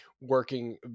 working